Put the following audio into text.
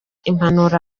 impanuro